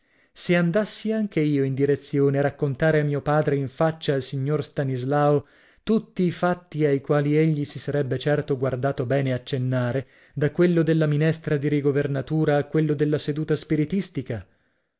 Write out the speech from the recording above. se andassi anche io in direzione a raccontare a mio padre in faccia al signor stanislao tutti i fatti ai quali egli si sarebbe certo guardato bene accennare da quello della minestra di rigovernatura a quello della seduta spiritistica